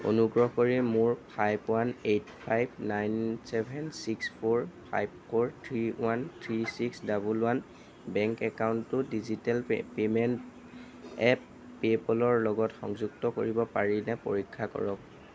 অনুগ্ৰহ কৰি মোৰ five one eight five nine seven six four five four three one three six double one bank একাউণ্টটো digital pay payment app পে'পলৰ লগত সংযুক্ত কৰিব পাৰিনে পৰীক্ষা কৰক